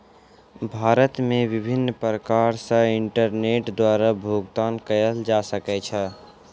भारत मे विभिन्न प्रकार सॅ इंटरनेट द्वारा भुगतान कयल जा सकै छै